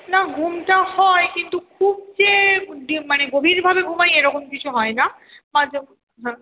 না ঘুমটা হয় কিন্তু খুব যে মানে গভীরভাবে ঘুমাই এরকম কিছু হয় না হ্যাঁ